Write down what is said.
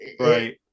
Right